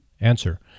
answer